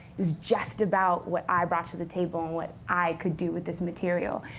it was just about what i brought to the table, and what i could do with this material.